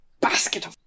basket